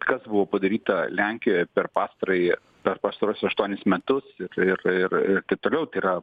kas buvo padaryta lenkijoje per pastarąjį per pastaruosius aštuonis metus ir ir ir ir taip toliau tai yra